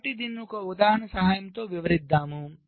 కాబట్టి దీనిని ఒక ఉదాహరణ సహాయంతో వివరిద్దాం